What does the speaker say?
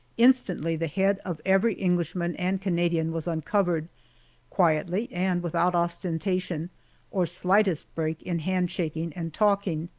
instantly the head of every englishman and canadian was uncovered quietly, and without ostentation or slightest break in hand-shaking and talking.